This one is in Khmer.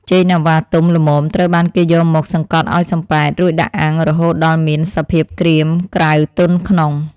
ចេកណាំវ៉ាទុំល្មមត្រូវបានគេយកមកសង្កត់ឱ្យសំប៉ែតរួចដាក់អាំងរហូតដល់មានសភាពក្រៀមក្រៅទន់ក្នុង។